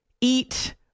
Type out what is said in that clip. eat